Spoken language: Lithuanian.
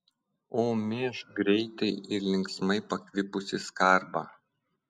o mėžk greitai ir linksmai pakvipusį skarbą